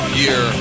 year